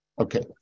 okay